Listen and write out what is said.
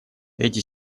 эти